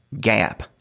gap